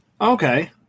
Okay